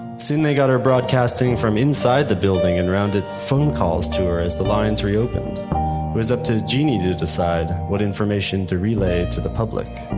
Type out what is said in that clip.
soon they got her broadcasting from inside the building and rounded phone calls to her as the lines reopened. it was up to genie to to decide what information to relay to the public.